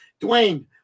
Dwayne